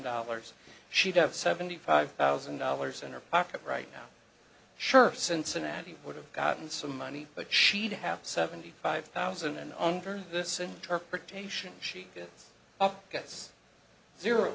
dollars she'd have seventy five thousand dollars in her pocket right now sure cincinnati would have gotten some money but she'd have seventy five thousand and